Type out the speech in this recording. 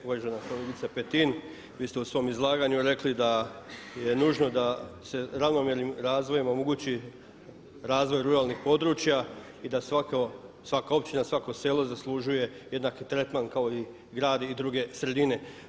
Uvažena kolegice Petin vi ste u svom izlaganju rekli da je nužno da se ravnomjernim razvojem omogući razvoj ruralnih područja i da svaka općina, svako selo zaslužuje jednaki tretman kao i grad i druge sredine.